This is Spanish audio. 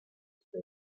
este